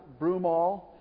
Broomall